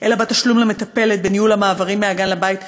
אלא בתשלום למטפלת ובניהול המעברים מהגן לבית ולחוגים.